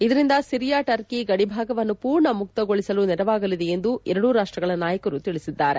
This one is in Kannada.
ಇದರಿಂದ ಸಿರಿಯಾ ಟರ್ಕಿ ಗಡಿಭಾಗವನ್ನು ಪೂರ್ಣ ಮುಕ್ತಗೊಳಿಸಲು ನೆರವಾಗಲಿದೆ ಎಂದು ಎರಡೂ ರಾಷ್ಟಗಳ ನಾಯಕರು ತಿಳಿಸಿದ್ದಾರೆ